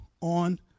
on